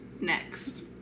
next